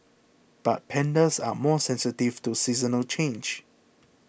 but pandas are more sensitive to seasonal changes